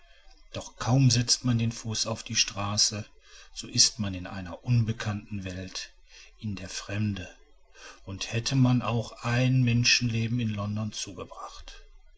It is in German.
doch kaum setzt man den fuß auf die straße so ist man in einer unbekannten welt in der fremde und hätte man auch ein menschenleben in london zugebracht